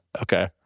Okay